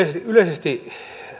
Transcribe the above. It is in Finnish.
yleisesti